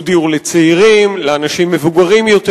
הוא דיור לצעירים, לאנשים מבוגרים יותר.